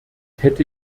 hätte